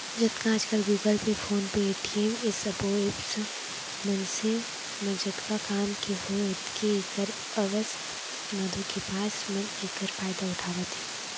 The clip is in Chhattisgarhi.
जतका आजकल Google Pay, PhonePe, Paytm ए सबो ऐप्स ह मनसे म जतका काम के हे ओतके ऐखर एवज म धोखेबाज मन एखरे फायदा उठावत हे